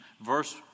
verse